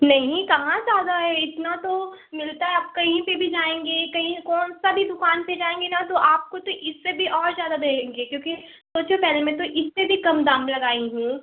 नहीं कहाँ ज़्यादा है इतना तो मिलता है आप कहीं पर भी जाएंगे कहीं कौन सा भी दुकान पर जाएंगी न तो आपको तो इससे भी और ज़्यादा देंगे क्योंकि सोचो पहले मैं तो इससे भी कम दाम लगाई हूँ